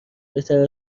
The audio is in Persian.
بهتر